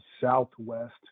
southwest